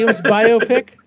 biopic